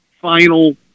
final